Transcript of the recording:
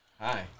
hi